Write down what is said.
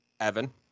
Evan